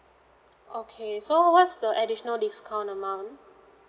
okay so what's the additional discount amount